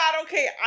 Okay